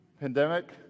Pandemic